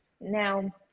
Now